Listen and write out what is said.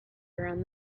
around